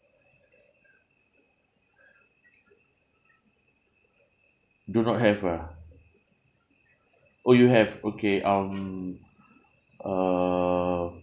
do not have ah oh you have okay um uh